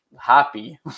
happy